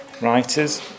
writers